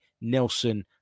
Nelson